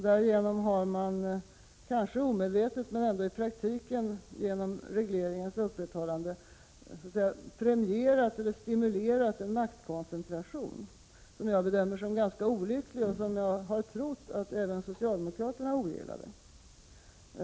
Därigenom har man, kanske omedvetet, men ändå i praktiken genom regleringarnas upprätthållande, premierat eller stimulerat en maktkoncentration som jag bedömer som ganska olycklig och som jag trodde att även socialdemokraterna ogillade.